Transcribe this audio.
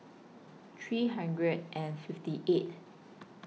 three hundred and fifty eight